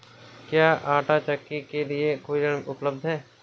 क्या आंटा चक्की के लिए कोई ऋण उपलब्ध है?